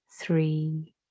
three